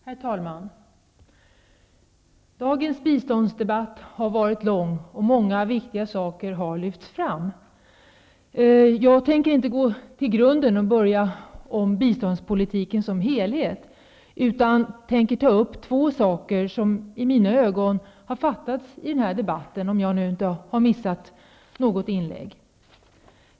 Herr talman! Dagens biståndsdebatt har varit lång, och många viktiga saker har lyfts fram. Jag tänker inte gå till grunden och tala om biståndspolitiken som helhet. Jag tänker ta upp två saker som jag tycker har fattats i debatten, om jag nu inte har missat något inlägg.